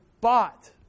bought